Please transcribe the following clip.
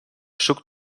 suc